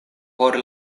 por